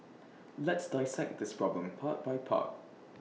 let's dissect this problem part by part